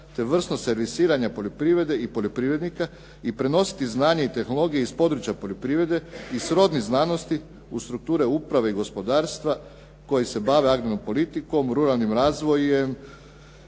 te vrsnost servisiranja poljoprivrede i poljoprivrednika i prenositi znanje i tehnologiju iz područja poljoprivrede i srodnih znanosti u strukture uprave i gospodarstva koji se bave agrarnom politikom, ruralnim razvojem